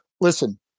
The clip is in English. listen